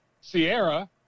Sierra